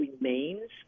remains